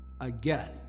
again